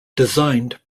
designed